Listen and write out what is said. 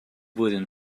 flwyddyn